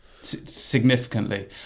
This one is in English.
Significantly